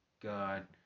God